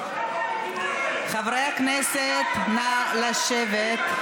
חברי הכנסת, נא לשבת.